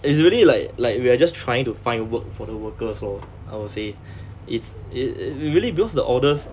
it's really like like we are just trying to find work for the workers lor I would say it's it~ really because the orders